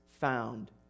found